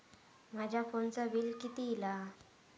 माझ्या फोनचा बिल किती इला?